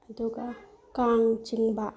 ꯑꯗꯨꯒ ꯀꯥꯡ ꯆꯤꯡꯕ